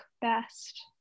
best